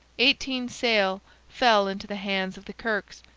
eighteen sail fell into the hands of the kirkes,